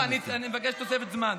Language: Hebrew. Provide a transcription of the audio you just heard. לא, לא, אני מבקש תוספת זמן.